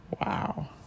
wow